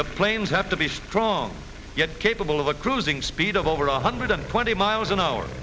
the planes have to be strong yet capable of a cruising speed of over a hundred and twenty miles an hour